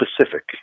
specific